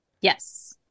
Yes